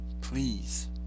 Please